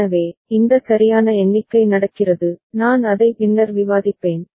எனவே இந்த சரியான எண்ணிக்கை நடக்கிறது நான் அதை பின்னர் விவாதிப்பேன்